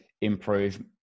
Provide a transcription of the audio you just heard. improve